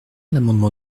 l’amendement